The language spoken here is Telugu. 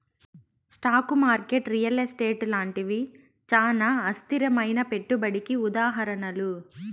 స్టాకు మార్కెట్ రియల్ ఎస్టేటు లాంటివి చానా అస్థిరమైనా పెట్టుబడికి ఉదాహరణలు